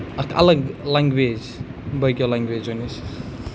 اَکھ الگ لنٛگویج باقیو لنگویجو نِش